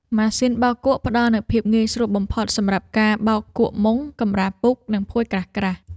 ម៉ាស៊ីនបោកគក់ផ្តល់នូវភាពងាយស្រួលបំផុតសម្រាប់ការបោកគក់មុង កម្រាលពូក និងភួយក្រាស់ៗ។